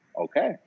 okay